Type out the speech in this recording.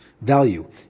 value